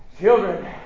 Children